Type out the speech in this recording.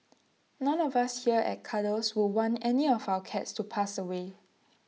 none of us here at Cuddles would want any of our cats to pass away